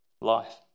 life